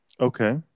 Okay